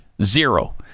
Zero